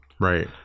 Right